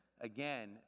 again